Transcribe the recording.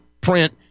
print